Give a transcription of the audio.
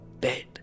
bed